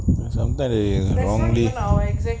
that's some time already long days